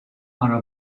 are